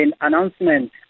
announcement